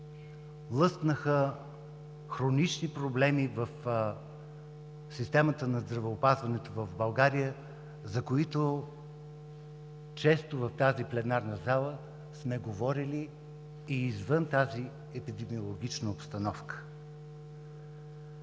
Лъснаха хронични проблеми в системата на здравеопазването в България, за които често в тази пленарна зала сме говорили, и извън тази епидемиологична обстановка.